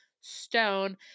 stone